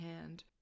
hand